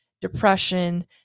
depression